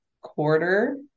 quarter